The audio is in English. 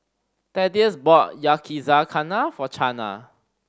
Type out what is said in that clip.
Thaddeus bought Yakizakana for Chana